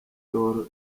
d’or